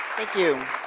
thank you.